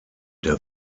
der